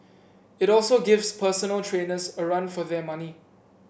it also gives personal trainers a run for their money